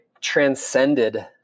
transcended